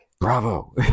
bravo